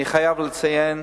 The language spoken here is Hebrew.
אני חייב לציין